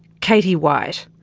katie white.